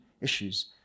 issues